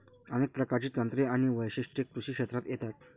अनेक प्रकारची तंत्रे आणि वैशिष्ट्ये कृषी क्षेत्रात येतात